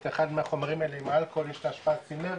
אחד מהחומרים האלה עם אלכוהול יש לזה השפעה סינרגית,